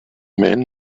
man